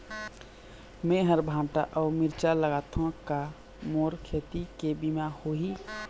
मेहर भांटा अऊ मिरचा लगाथो का मोर खेती के बीमा होही?